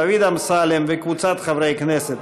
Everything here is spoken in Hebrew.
דוד אמסלם וקבוצת חברי הכנסת.